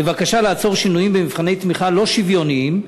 בבקשה לעצור שינויים במבחני תמיכה לא שוויוניים,